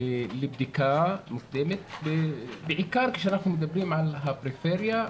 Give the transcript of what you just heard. לבדיקה מוקדמת ובעיקר כשאנחנו מדברים על הפריפריה,